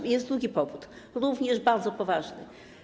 I jest drugi powód, również bardzo poważny.